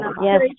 Yes